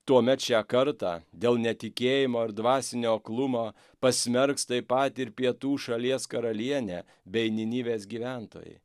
tuomet šią kartą dėl netikėjimo ir dvasinio aklumo pasmerks taip pat ir pietų šalies karalienė bei ninivės gyventojai